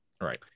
Right